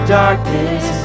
darkness